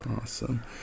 Awesome